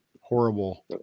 Horrible